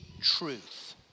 truth